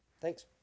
Thanks